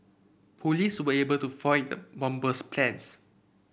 police were able to foil the bomber's plans